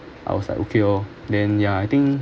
I was like okay lor then ya I think